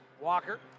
Walker